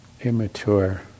immature